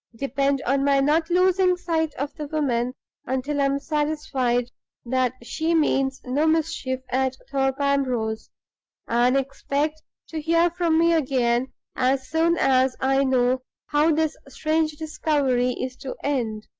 depend on my not losing sight of the woman until i am satisfied that she means no mischief at thorpe ambrose and expect to hear from me again as soon as i know how this strange discovery is to end.